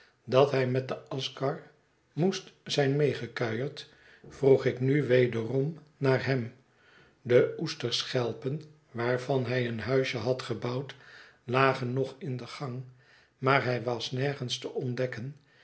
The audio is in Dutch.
dat hij met de aschkar moest zijn meegekuierd vroeg ik nu wederom naar hem de oesterschelpon waarvan hij een huisje had gebouwd lagen nog in den gang maar hij was nergens te ontdekken